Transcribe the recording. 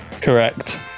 Correct